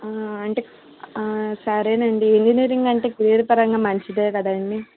అంటే సరేనండి అంటే ఇంజనీరింగ్ అంటే కెరీర్ పరంగా మంచిదే కదండి